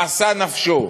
מאסה נפשו,